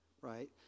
right